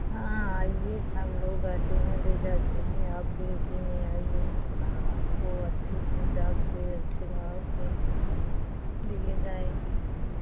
हाँ हाँ आइए सबलोग आते हैं ले जाते हैं आप भी उसी में आइए हाँ आपको अच्छे हिसाब से अच्छे भाव से दिए जाएँगे